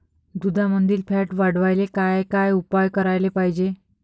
दुधामंदील फॅट वाढवायले काय काय उपाय करायले पाहिजे?